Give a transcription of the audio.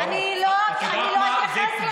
אני לא אתייחס לזה, את יודעת מה?